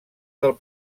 del